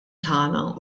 tagħna